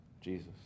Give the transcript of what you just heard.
Jesus